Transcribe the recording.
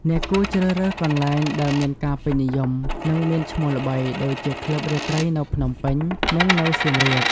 អ្នកគួរជ្រើសរើសកន្លែងដែលមានការពេញនិយម និងមានឈ្មោះល្បី ដូចជាក្លឹបរាត្រីនៅភ្នំពេញ និងនៅសៀមរាប ។